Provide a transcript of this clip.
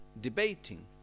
debating